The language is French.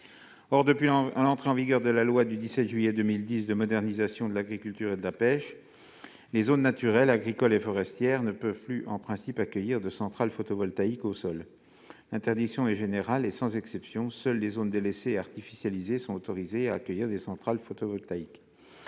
Or, depuis l'entrée en vigueur de la loi du 17 juillet 2010 de modernisation de l'agriculture et de la pêche, les zones naturelles, agricoles et forestières, ne peuvent plus en principe accueillir de centrales photovoltaïques au sol. L'interdiction est générale et sans exception. Seules les zones délaissées et artificialisées sont autorisées à accueillir des centrales photovoltaïques.